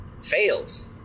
fails